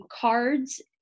cards